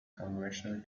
congressional